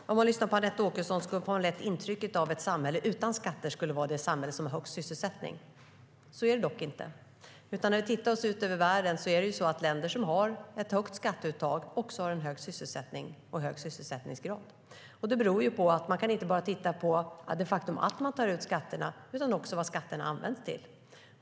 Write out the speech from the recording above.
Herr talman! När man lyssnar på Anette Åkesson får man lätt intrycket att ett samhälle utan skatter skulle vara det samhälle som har högst sysselsättning. Så är det dock inte. När vi tittar ut över världen syns det att länder som har högt skatteuttag också har en hög sysselsättning och hög sysselsättningsgrad. Det beror på att man inte bara kan titta på det faktum att skatter tas ut, utan man måste också titta på vad skatterna används till.